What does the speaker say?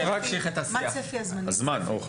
י.ש.: פרק זמן קצר,